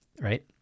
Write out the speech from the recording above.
right